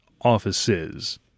offices